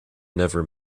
never